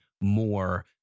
more